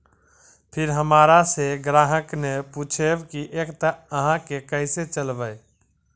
फिर हमारा से ग्राहक ने पुछेब की एकता अहाँ के केसे चलबै?